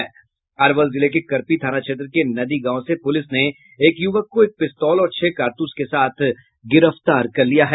अरवल जिले के करपी थाना क्षेत्र के नदी गांव से पुलिस ने एक युवक को एक पिस्तौल और छह कारतूस के साथ गिरफ्तार किया गया है